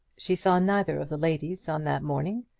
she saw neither of the ladies on that morning,